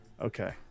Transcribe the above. Okay